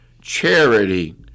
charity